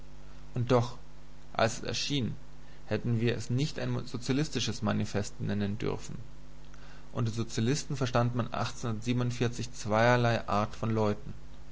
und doch als es erschien hätten wir es nicht ein sozialistisches manifest nennen dürfen unter sozialisten verstand man zweierlei art von leuten